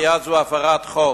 מייד זו הפרת חוק.